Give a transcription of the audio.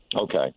Okay